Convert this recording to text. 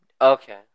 Okay